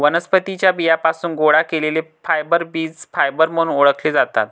वनस्पतीं च्या बियांपासून गोळा केलेले फायबर बीज फायबर म्हणून ओळखले जातात